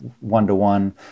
one-to-one